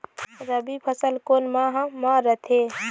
रबी फसल कोन माह म रथे?